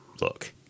Look